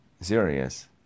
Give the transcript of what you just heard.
Serious